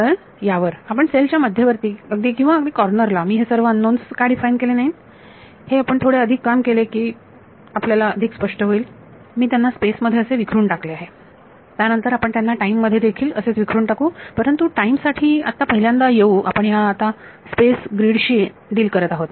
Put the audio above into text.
तर यावर आपण सेलच्या मध्यवर्ती किंवा अगदी कॉर्नर ला मी हे सर्व अंनोन्स का डिफाइन केले नाहीत हे आपण थोडे अधिक काम केले की त्यामुळे आपल्याला हे अधिक स्पष्ट होईल मी त्यांना स्पेस मध्ये असे विखरून टाकले आहे त्यानंतर आपण त्यांना टाइम मध्ये देखील असेच विखरून टाकू परंतु टाईम साठी आत्ता पहिल्यांदा येऊ आपण आता स्पेस ग्रीड शी डिल करत आहोत